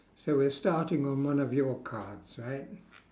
so we're starting on one of your cards right